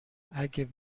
اگه